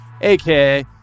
aka